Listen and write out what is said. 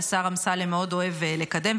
שהשר אמסלם מאוד אוהב לקדם,